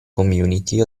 community